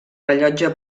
rellotge